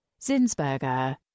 Zinsberger